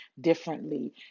differently